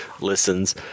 listens